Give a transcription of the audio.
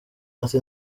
ati